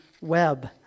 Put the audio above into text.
web